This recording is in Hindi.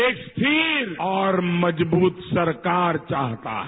एक स्थिर और मजबूत सरकार चाहता है